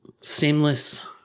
seamless